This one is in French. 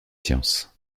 sciences